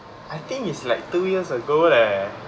I think it's like two years ago leh